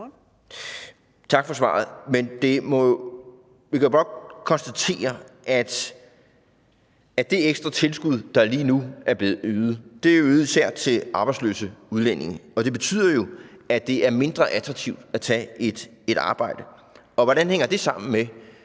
Tak for svaret. Men vi kan jo blot konstatere, at det ekstra tilskud, der lige nu er blevet ydet, især ydes til arbejdsløse udlændinge, og det betyder jo, at det er mindre attraktivt at tage et arbejde. Hvordan hænger det sammen med